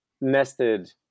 nested